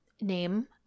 name